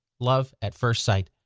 love at first sight.